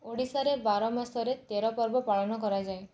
ଓଡ଼ିଶାରେ ବାର ମାସରେ ତେର ପର୍ବ ପାଳନ କରାଯାଏ